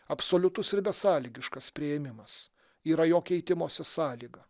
absoliutus ir besąlygiškas priėmimas yra jo keitimosi sąlyga